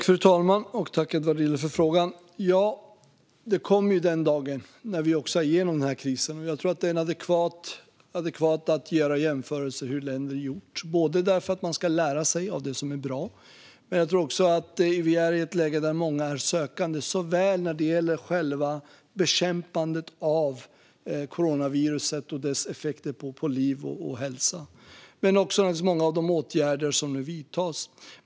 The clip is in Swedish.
Fru talman! Tack, Edward Riedl, för frågan! Det kommer en dag när vi är igenom den här krisen. Jag tror att det är adekvat att jämföra hur länder gjort, bland annat för att man ska lära sig av det som är bra. Jag tror också att vi är i ett läge där många är sökande, såväl när det gäller själva bekämpandet av coronaviruset och dess effekter på liv och hälsa som när det gäller många av de åtgärder som nu vidtas.